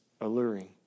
alluring